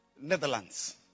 Netherlands